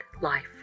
life